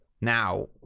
now